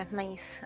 nice